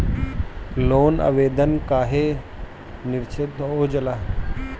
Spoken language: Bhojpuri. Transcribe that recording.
लोन आवेदन काहे नीरस्त हो जाला?